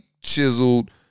chiseled